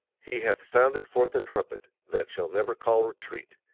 he hath sounded forth a trumpet that shall never call retreat,